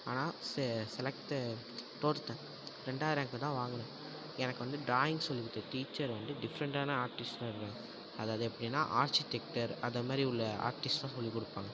ஆனால் செ செலக்ட்டு தோற்றுட்டேன் ரெண்டாவது ரேங்க்கு தான் வாங்கினேன் எனக்கு வந்து ட்ராயிங் சொல்லிக் கொடுத்த டீச்சர் வந்து டிஃப்ரெண்ட்டான ஆர்ட்டிஸ்ட்டாக இருந்தாங்க அதாவது எப்படின்னா ஆர்ச்சிடெக்டர் அது மாதிரி உள்ள ஆர்ட்டிஸ்ட் தான் சொல்லிக் கொடுப்பாங்க